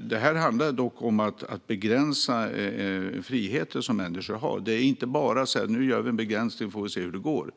Det handlar om att begränsa människors frihet. Vi kan inte bara göra begränsning och sedan se hur det går.